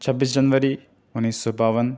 چھبیس جنوری اُنیس سو باون